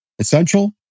Essential